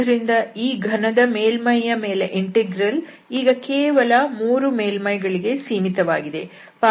ಆದ್ದರಿಂದ ಈ ಘನದ ಮೇಲ್ಮೈ ಯ ಮೇಲಿನ ಇಂಟೆಗ್ರಲ್ ಈಗ ಕೇವಲ 3 ಮೇಲ್ಮೈಗಳಿಗೆ ಸೀಮಿತವಾಗಿದೆ